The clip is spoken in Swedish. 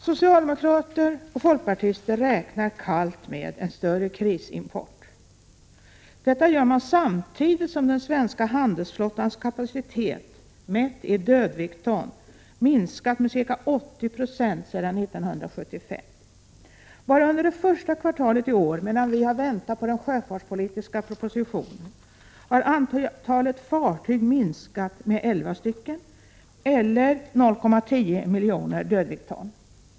Socialdemokrater och folkpartister räknar kallt med en större krisimport. Detta gör man samtidigt som den svenska handelsflottans kapacitet, mätt i dödviktston, har minskat med ca 80 26 sedan 1975. Bara under det första kvartalet i år, medan vi väntat på den sjöfartspolitiska propositionen, har antalet fartyg minskat med 11 eller med 0,10 miljoner dödviktston.